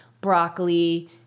broccoli